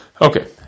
Okay